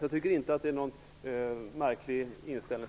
Jag tycker inte att det är någon märklig inställning.